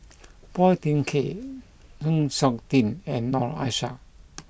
Phua Thin Kiay Chng Seok Tin and Noor Aishah